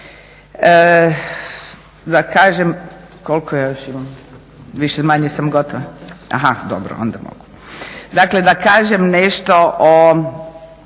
da kažem nešto o